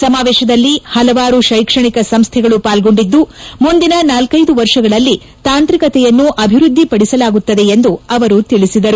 ಸಮಾವೇಶದಲ್ಲಿ ಪಲವಾರು ಶೈಕ್ಷಣಿಕ ಸಂಸ್ಥೆಗಳು ಪಾಲ್ಗೊಂಡಿದ್ದು ಮುಂದಿನ ನಾಲ್ಟೈದು ವರ್ಷಗಳಲ್ಲಿ ತಾಂತ್ರಿಕತೆಯನ್ನು ಅಭಿವೃದ್ದಿಪಡಿಸಲಾಗುತ್ತದೆ ಎಂದು ಅವರು ತಿಳಿಸಿದರು